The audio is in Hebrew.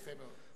יפה מאוד.